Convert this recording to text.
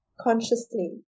consciously